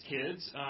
kids